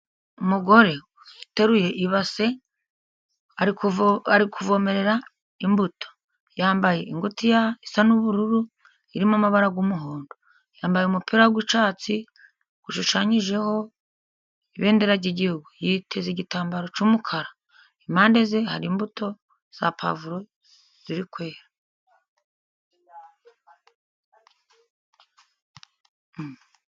Umugore uteruye ibase, ari kuvomerera imbuto. Yambaye ingutiya isa n'ubururu, irimo amabara y'umuhondo. Yambaye umupira w'icyatsi ushushanyijeho ibendera ry'igihugu. Yiteza igitambaro cy'umukara, impande ye hari imbuto za puwavuro ziri kwera.